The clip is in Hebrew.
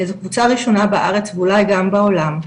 זו קבוצה ראשונה בארץ ואולי גם בעולם,